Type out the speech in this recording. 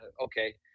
Okay